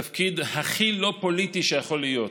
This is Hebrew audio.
תפקיד הכי לא פוליטי שיכול להיות: